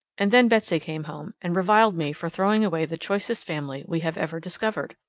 and then betsy came home, and reviled me for throwing away the choicest family we have ever discovered!